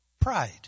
Pride